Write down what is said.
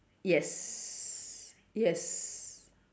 yes yes